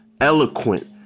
eloquent